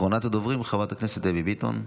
אחרונת הדוברים, חברת הכנסת דבי ביטון,